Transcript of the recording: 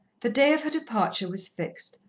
the day of her departure was fixed,